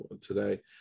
today